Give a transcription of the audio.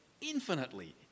infinitely